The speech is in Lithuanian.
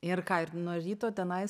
ir ką ir nuo ryto tenais